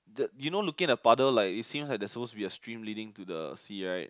the you know looking the paddle like it seems like suppose to be a stream like leading to the sea right